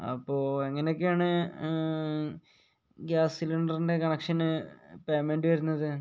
അപ്പോൾ എങ്ങനെയൊക്കെയാണ് ഗ്യാസ് സിലിണ്ടറിൻ്റെ കണക്ഷന് പേയ്മെൻറ് വരുന്നത്